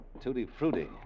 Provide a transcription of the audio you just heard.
tutti-frutti